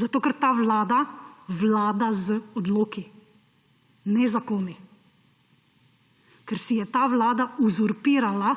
Zato ker ta vlada vlada z odloki, ne zakoni. Ker si je ta vlada uzurpirala